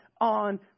on